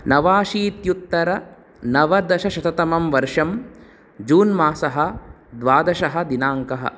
नवाशीत्यु्ततरनवदशशततमं वर्षं जून् मासः द्वादशः दिनाङ्कः